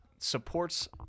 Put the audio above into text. supports